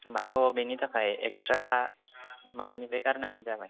होनबाथ' बेनि थाखाय एक्सट्रा माबानिफ्राय गारनांगोन जाबाय